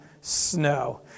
snow